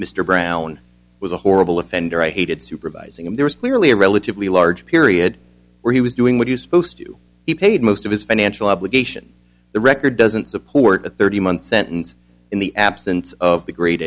mr brown was a horrible offender i hated supervising and there was clearly a relatively large period where he was doing what you supposed to be paid most of his financial obligations the record doesn't support a thirty month sentence in the absence of the gr